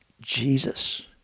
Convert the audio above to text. Jesus